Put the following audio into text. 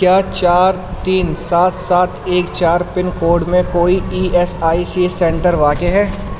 کیا چار تین سات سات ایک چار پن کوڈ میں کوئی E S I C centre واقع ہے